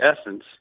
essence